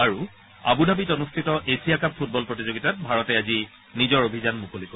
আৰু আবুধাবিত অনুষ্ঠিত এছিয়া কাপ ফুটবল প্ৰতিযোগিতাত ভাৰতে আজি নিজৰ অভিযান মুকলি কৰিব